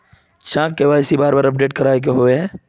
चाँह बार बार के.वाई.सी अपडेट करावे के होबे है?